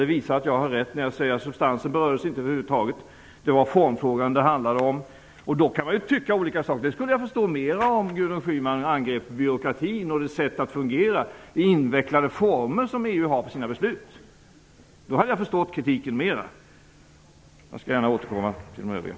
Det visar att jag har rätt när jag säger att substansen över huvud taget inte berördes, utan att det handlade om formfrågan. Om Gudrun Schyman angrep byråkratin, sättet att fungera och de invecklade formerna för att fatta beslut inom EU skulle jag förstå kritiken bättre.